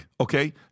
okay